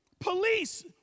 Police